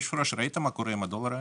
ראית מה קורה עם הדולר היום?